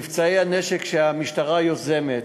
מבצעי הנשק שהמשטרה יוזמת,